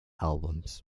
albums